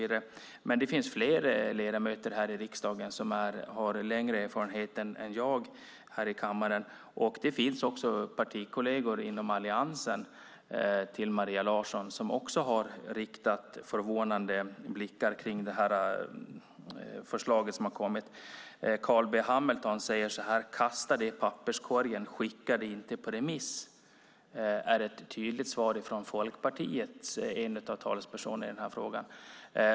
Det finns flera ledamöter här i riksdagen som har längre erfarenhet än jag här i kammaren. Det finns också ledamöter som är allianskolleger med Maria Larsson som också har riktat förvånade blickar med anledning av det förslag som har kommit. Carl B Hamilton säger så här: "Kasta det i papperskorgen. Skicka det inte på remiss." Det är ett tydligt svar från en av Folkpartiets talespersoner i den här frågan.